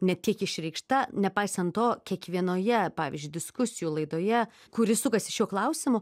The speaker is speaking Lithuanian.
ne tiek išreikšta nepaisant to kiekvienoje pavyzdžiui diskusijų laidoje kuri sukasi šiuo klausimu